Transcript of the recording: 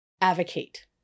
advocate